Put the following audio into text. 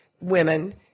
women